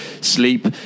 sleep